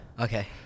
Okay